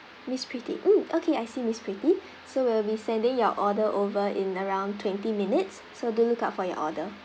miss pretty mm okay I see miss pretty so we'll be sending your order over in around twenty minutes so do look out for your order